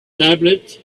tablet